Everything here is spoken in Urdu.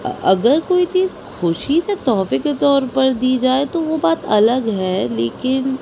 اگر کوئی چیز خوشی سے تحفے کے طور پر دی جائے تو وہ بات الگ ہے لیکن